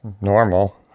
normal